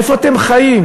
איפה אתם חיים?